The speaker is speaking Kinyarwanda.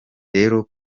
rero